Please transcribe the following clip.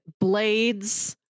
blades